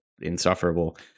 insufferable